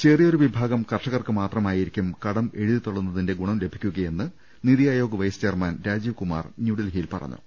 ചെറിയൊരു വിഭാഗം കർഷകർക്ക് മാത്രമായിരിക്കും കടം എഴുതിത്തള്ളുന്നതിന്റെ ഗുണം ലഭി ക്കുകയെന്നും നിതി അയോഗ് വൈസ് ചെയർമാൻ രാജീവ് കുമാർ ന്യൂഡൽഹിയിൽ പറഞ്ഞു